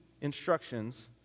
instructions